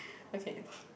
okay